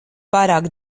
pārāk